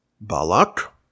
Balak